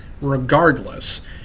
Regardless